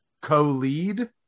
co-lead